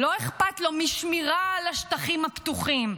לא אכפת לו משמירה על השטחים הפתוחים.